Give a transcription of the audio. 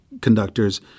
conductors